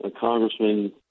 Congressman